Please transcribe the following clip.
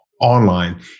online